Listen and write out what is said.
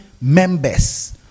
members